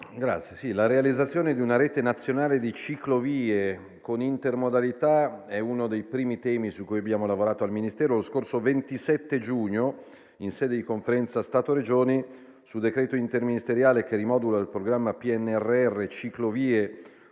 la realizzazione di una rete nazionale di ciclovie con intermodalità è uno dei primi temi su cui abbiamo lavorato al Ministero. Lo scorso 27 giugno, in sede di Conferenza Stato-Regioni, sul decreto interministeriale che rimodula il programma PNRR ciclovie